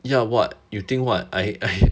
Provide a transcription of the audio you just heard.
ya what you think what I I